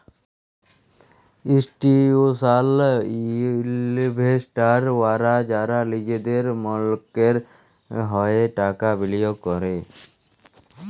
institutional investors উয়ারা যারা লিজেদের মক্কেলের হঁয়ে টাকা বিলিয়গ ক্যরে